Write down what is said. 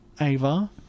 Ava